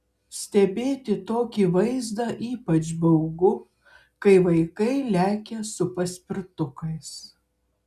stebėti tokį vaizdą ypač baugu kai vaikai lekia su paspirtukais